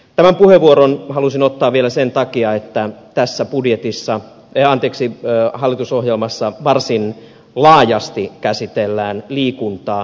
tämän puheenvuoron halusin ottaa vielä sen takia että tässä hallitusohjelmassa varsin laajasti käsitellään liikuntaa